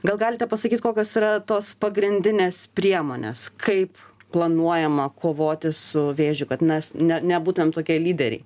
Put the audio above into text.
gal galite pasakyt kokios yra tos pagrindinės priemonės kaip planuojama kovoti su vėžiu kad mes ne nebūtumėm tokie lyderiai